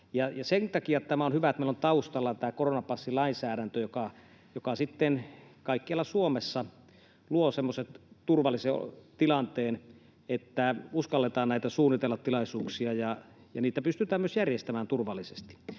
Senkin takia on hyvä, että meillä on taustalla tämä koronapassilainsäädäntö, joka sitten kaikkialla Suomessa luo semmoisen turvallisen tilanteen, että uskalletaan näitä tilaisuuksia suunnitella ja pystytään niitä myös järjestämään turvallisesti.